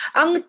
ang